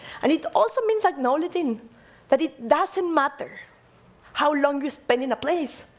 and it also means acknowledging that it doesn't matter how long you spend in a place,